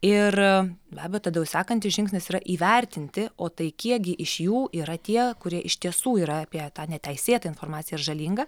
ir be abejo tada jau sekantis žingsnis yra įvertinti o tai kiekgi iš jų yra tie kurie iš tiesų yra apie tą neteisėtą informaciją žalingą